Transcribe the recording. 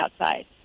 outside